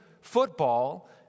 football